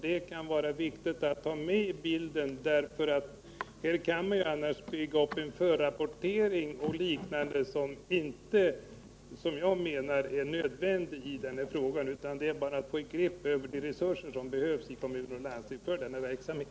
Detta kan vara viktigt att ta med i bilden, därför att man annars kan bygga upp en förrapportering och liknande saker, vilket enligt min mening inte är nödvändigt. Det gäller bara att få ett grepp över de resurser som behövs i kommun och landsting för denna verksamhet.